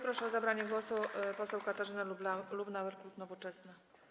Proszę o zabranie głosu poseł Katarzynę Lubnauer, klub Nowoczesna.